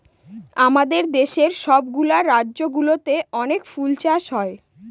আমাদের দেশের সব গুলা রাজ্য গুলোতে অনেক ফুল চাষ হয়